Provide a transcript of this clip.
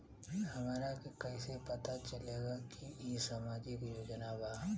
हमरा के कइसे पता चलेगा की इ सामाजिक योजना बा?